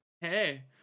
hey